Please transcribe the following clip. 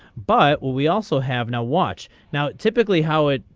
but we also have no watch now it typically how it.